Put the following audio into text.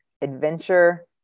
adventure